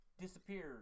disappears